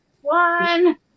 one